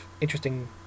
interesting